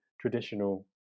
traditional